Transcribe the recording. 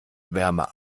wärme